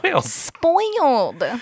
Spoiled